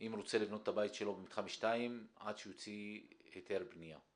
אם הוא רוצה לבנות את הבית שלו במתחם 2 עד שהוא יוציא היתר בניה?